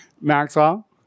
Maxwell